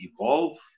evolve